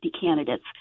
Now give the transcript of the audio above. candidates